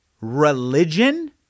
religion –